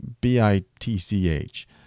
B-I-T-C-H